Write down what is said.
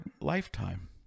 lifetime